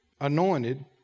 anointed